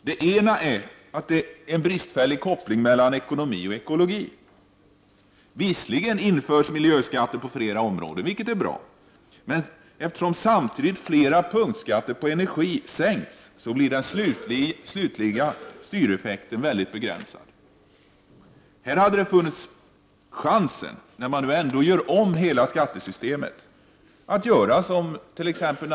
Det ena är den bristfälliga kopplingen mellan ekonomi och ekologi. Visserligen införs miljöskatter på flera områden, vilket är bra, men eftersom samtidigt flera punktskatter på energi sänks, blir den slutliga styreffekten mycket begränsad. Här hade det, när man ändå gör om hela skattesystemet, funnits en chans att göra vad t.ex.